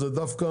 אלו דווקא